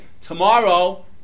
tomorrow